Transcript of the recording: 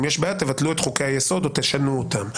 אם יש בעיה, תבטלו את חוקי היסוד או תשנו אותם.